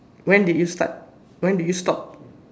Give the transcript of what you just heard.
when did you start when did you stop